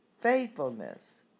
faithfulness